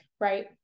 right